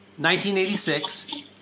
1986